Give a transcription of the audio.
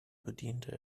bediente